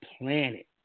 planet